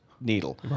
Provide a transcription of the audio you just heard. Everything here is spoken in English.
needle